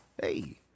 Hey